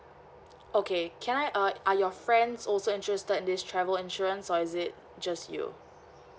okay can I uh are your friends also interested in this travel insurance or is it just you